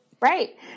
Right